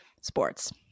sports